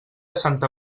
santa